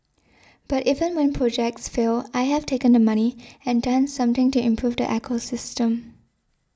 but even when projects fail I have taken the money and done something to improve the ecosystem